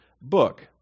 book